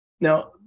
Now